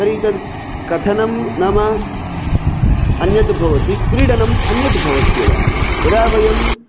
तर्हि तद् कथनं नाम अन्यद् भवति क्रीडनम् अन्यद् भवत्येव यदा वयं